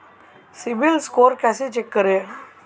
CIBIL score कैसे check करें?